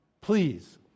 please